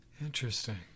Interesting